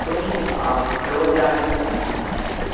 کوئی نہیں آپ دو بجے آ جائیں